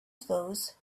those